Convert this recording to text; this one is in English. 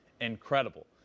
incredible